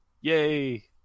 Yay